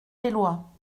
éloi